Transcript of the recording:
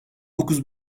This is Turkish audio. dokuz